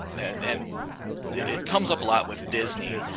and and it comes up a lot with disney.